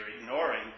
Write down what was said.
ignoring